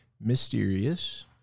mysterious